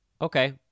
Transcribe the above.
Okay